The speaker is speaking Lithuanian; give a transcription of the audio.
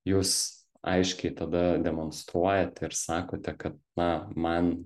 jūs aiškiai tada demonstruojate ir sakote kad na man